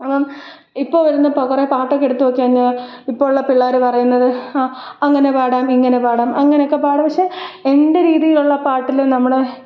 അപ്പോള് ഇപ്പോള് വരുന്ന കുറേ പാട്ടൊക്കെ എടുത്ത് നോക്കിക്കഴിഞ്ഞാല് ഇപ്പോള് ഉള്ള പിള്ളാര് പറയുന്നത് അങ്ങനെ പാടാം ഇങ്ങനെ പാടാം അങ്ങനൊക്കെ പാടാം പക്ഷെ എന്റെ രീതിയിലുള്ള പാട്ടില് നമ്മള്